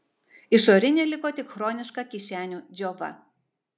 išorinė liko tik chroniška kišenių džiova